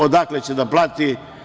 Odakle će da plati?